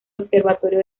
observatorio